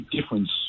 difference